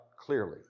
clearly